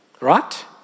Right